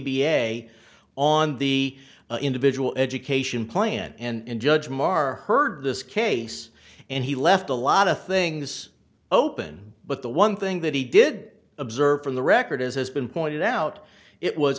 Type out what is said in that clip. a on the individual education plan and judge maher heard this case and he left a lot of things open but the one thing that he did observe from the record as has been pointed out it was